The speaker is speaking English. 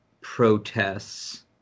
protests